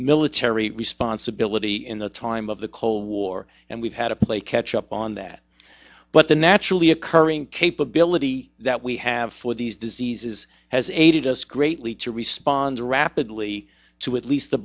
military responsibility in the time of the cold war and we've had to play catch up on that but the naturally occurring capability that we have for these diseases has aided us greatly to respond rapidly to at least the